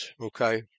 Okay